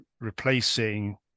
replacing